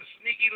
sneaky